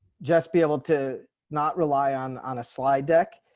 just be able to not rely on on a slide deck,